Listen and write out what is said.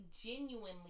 genuinely